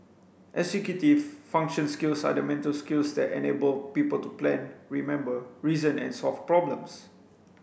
executive function skills are the mental skills that enable people to plan remember reason and solve problems